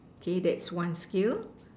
okay that's one skill